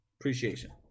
Appreciation